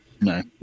no